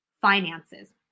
finances